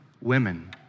women